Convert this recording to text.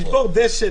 דשא?